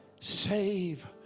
save